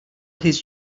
his